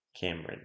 Cameron